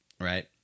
right